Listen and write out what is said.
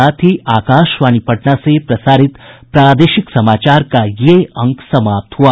इसके साथ ही आकाशवाणी पटना से प्रसारित प्रादेशिक समाचार का ये अंक समाप्त हुआ